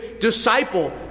disciple